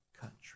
country